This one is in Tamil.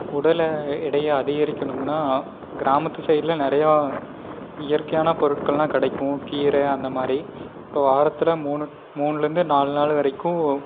உடலை இடைய அதிகரிக்கணும்ன்னா கிராமத்து சைடில் நிறையா இயற்கையான பொருட்கள்லாம் கிடைக்கும் கீரை அந்த மாரி இப்போ வாரத்தில் மூணு மூணுலேருந்து நாலு நாள் வரைக்கும்